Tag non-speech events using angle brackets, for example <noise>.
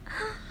<laughs>